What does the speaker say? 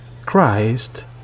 Christ